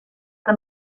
que